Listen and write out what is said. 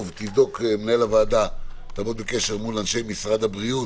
מנהל הוועדה, תעמוד בקשר מול אנשי משרד הבריאות,